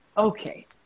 Okay